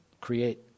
create